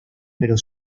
pero